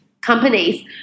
companies